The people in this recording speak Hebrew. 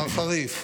בהר חריף.